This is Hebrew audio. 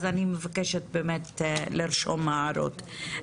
אז אני מבקשת באמת לרשום הערות.